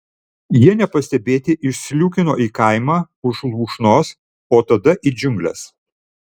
jie nepastebėti išsliūkino į kaimą už lūšnos o tada į džiungles